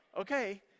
okay